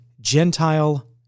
Gentile